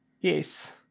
yes